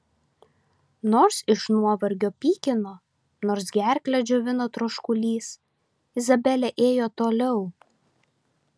nors iš nuovargio pykino nors gerklę džiovino troškulys izabelė ėjo toliau